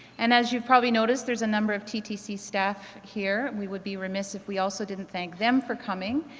and as you've probably noticed there's a number of ttc staff here, we would be remiss if we also didn't thank them for coming.